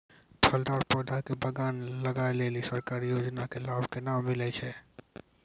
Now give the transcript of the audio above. फलदार पौधा के बगान लगाय लेली सरकारी योजना के लाभ केना मिलै छै?